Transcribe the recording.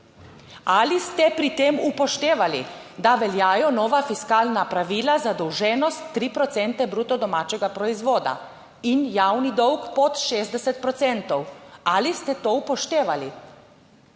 Ali ste pri tem upoštevali, da veljajo nova fiskalna pravila, zadolženost 3 procente bruto domačega proizvoda in javni dolg pod 60 procentov, ali ste to upoštevali?